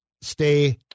stay